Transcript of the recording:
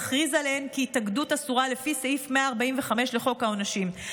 יכריזו עליה כהתאגדות אסורה לפי סעיף 145 לחוק העונשין.